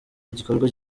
igikorwa